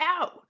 out